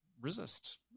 resist